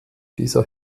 dieser